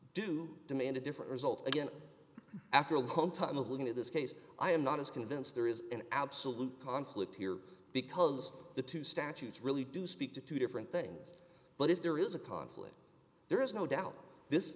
do demand a different result again after a long time of looking at this case i am not as convinced there is an absolute conflict here because the two statutes really do speak to two different things but if there is a conflict there is no doubt this